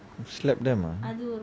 slap them ah